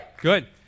good